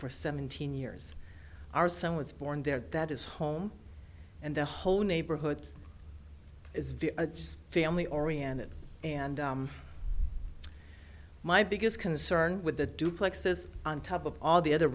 for seventeen years our son was born there that is home and the whole neighborhood is very just family oriented and my biggest concern with the duplexes on top of all the other